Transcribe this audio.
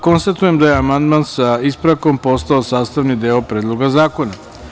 Konstatujem da je amandman sa ispravkom postao sastavni deo Predloga zakona.